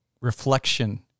reflection